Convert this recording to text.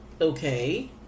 okay